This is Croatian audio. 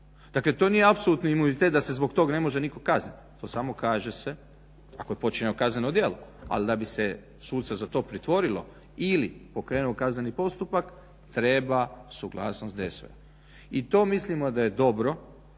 Dakle to nije apsolutni imunitet da se zbog toga ne može nitko kaznit, to samo kaže se ako je počinjeno kazneno djelo ali da bi se suca za to pritvorilo ili pokrenuo kazneni postupak treba suglasnost DSV-a. I to mislimo da je dobro